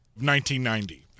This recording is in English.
1990